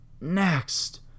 next